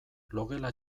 logela